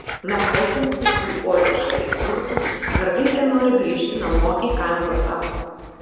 nepaisant visų ozo šalies turtų mergaitė nori grįžti namo į kanzasą